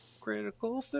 critical